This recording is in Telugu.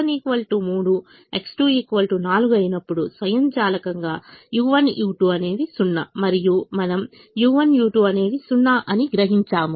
X1 3 X2 4 అయినప్పుడు స్వయంచాలకంగా u1 u2 అనేవి 0 మరియు మనము u1 u2 అనేవి 0 అనిగ్రహించాము